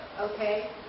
okay